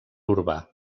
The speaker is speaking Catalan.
urbà